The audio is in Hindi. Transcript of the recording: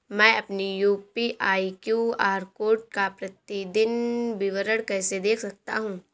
मैं अपनी यू.पी.आई क्यू.आर कोड का प्रतीदीन विवरण कैसे देख सकता हूँ?